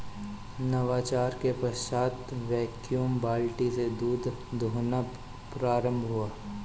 नवाचार के पश्चात वैक्यूम बाल्टी से दूध दुहना प्रारंभ हुआ